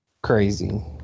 Crazy